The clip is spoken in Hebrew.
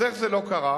הסוכר.